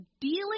dealing